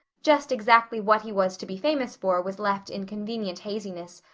just exactly what he was to be famous for was left in convenient haziness,